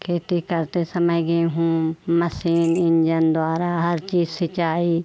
खेती करते समय गेहूँ मसीन इंजन द्वारा हर चीज़ सिंचाई